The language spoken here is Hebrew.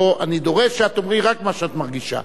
פה אני דורש שאת תאמרי רק מה שאת מרגישה.